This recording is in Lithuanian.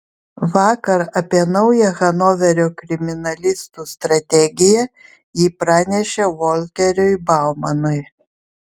vakar apie naują hanoverio kriminalistų strategiją ji pranešė volkeriui baumanui